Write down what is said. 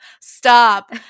Stop